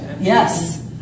Yes